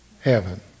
heaven